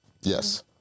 Yes